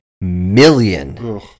million